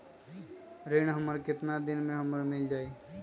ऋण हमर केतना दिन मे हमरा मील जाई?